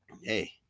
hey